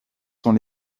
sont